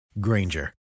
Granger